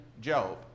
Job